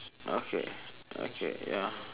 okay okay ya